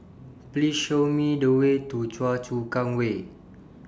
Please Show Me The Way to Choa Chu Kang Way